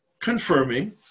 confirming